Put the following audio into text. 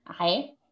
okay